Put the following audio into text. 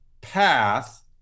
path